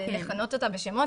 על לכנות אותה בשמות.